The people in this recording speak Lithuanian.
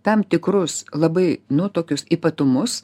tam tikrus labai nu tokius ypatumus